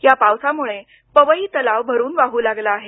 या पावसामुळे पवई तलाव भरून वाहू लागला आहे